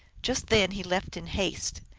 just then he left in haste.